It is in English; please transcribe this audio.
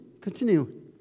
continue